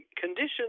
conditions